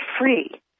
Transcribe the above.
free